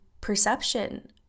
perception